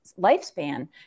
lifespan